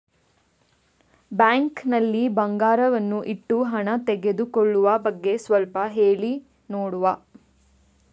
Bank ನಲ್ಲಿ ಬಂಗಾರವನ್ನು ಇಟ್ಟು ಹಣ ತೆಗೆದುಕೊಳ್ಳುವ ಬಗ್ಗೆ ಸ್ವಲ್ಪ ಹೇಳಿ ನೋಡುವ?